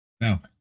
Now